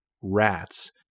RATS